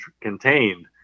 contained